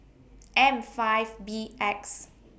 M five B X